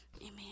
Amen